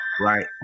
right